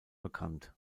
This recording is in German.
bekannt